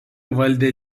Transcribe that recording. valdė